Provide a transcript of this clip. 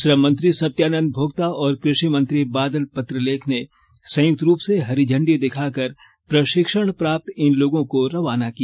श्रम मंत्री सत्यानंद भोक्ता और कृषि मंत्री बादल पत्रलेख ने संयुक्त रूप से हरी झंडी दिखाकर प्रषिक्षण प्राप्त इन लोगों को रवाना किया